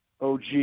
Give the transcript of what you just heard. OG